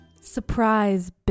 surprise